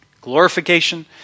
Glorification